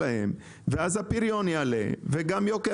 ואז הפריון יעלה וזה ישפיע גם על יוקר